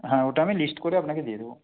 হ্যাঁ ওটা আমি লিস্ট করে আপনাকে দিয়ে দেবো